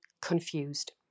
confused